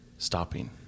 Stopping